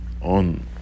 on